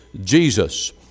Jesus